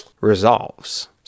resolves